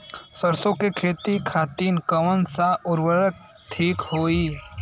सरसो के खेती खातीन कवन सा उर्वरक थिक होखी?